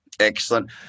Excellent